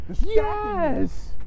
Yes